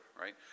right